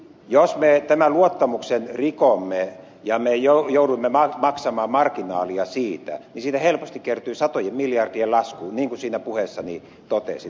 jos me tämän luottamuksen rikomme ja me joudumme maksamaan marginaalia siitä niin siitä helposti kertyy satojen miljardien lasku niin kuin siinä puheessani totesin